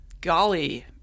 golly